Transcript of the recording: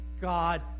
God